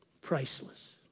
priceless